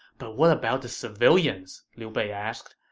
but what about the civilians? liu bei asked.